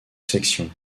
section